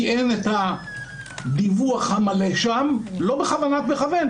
אין דיווח מלא שם לא בכוונת מכוון,